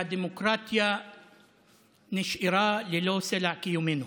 שהדמוקרטיה נשארה ללא סלע קיומנו.